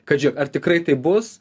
kaži ar tikrai taip bus